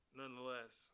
nonetheless